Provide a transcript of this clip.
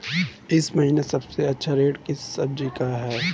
इस महीने सबसे अच्छा रेट किस सब्जी का है?